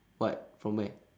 what from where